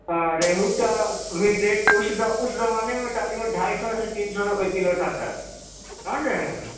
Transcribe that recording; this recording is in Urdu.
رہیو کا بھی ریٹ اس دور اس زمانے ميں تقريباً ڈھائى سو سے تين سو روپے کیلو تھا سر سمجھ رہے ہیں